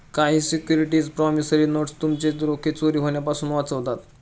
काही securities promissory notes तुमचे रोखे चोरी होण्यापासून वाचवतात